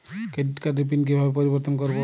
Credit কার্ডের pin কিভাবে পরিবর্তন করবো?